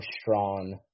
strong